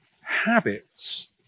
habits